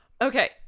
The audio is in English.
Okay